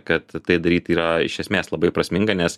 kad tai daryt yra iš esmės labai prasminga nes